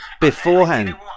beforehand